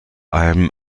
allem